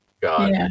God